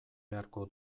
beharko